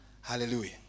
Hallelujah